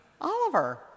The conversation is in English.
Oliver